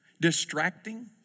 distracting